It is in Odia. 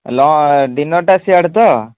ଡିନର୍ଟା ସିଆଡ଼େ ତ